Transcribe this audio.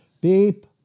Beep